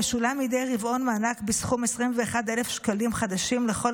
משולם מדי רבעון מענק בסכום של 21,000 שקלים חדשים לכל